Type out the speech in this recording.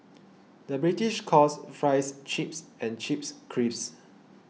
the British calls Fries Chips and Chips Crisps